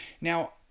Now